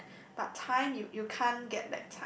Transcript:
but time you you can't get back time